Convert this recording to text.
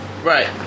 Right